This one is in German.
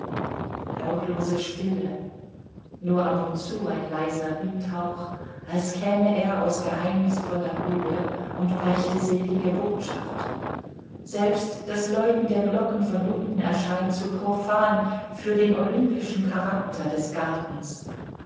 lautlose stille nur ab und zu ein leiser windhauch als käme er aus geheimnisvoller höhe und brächte selige botschaft selbst das läuten der glocken von unten erscheint zu profan für den olympischen charakter des gartens